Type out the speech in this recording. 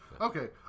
Okay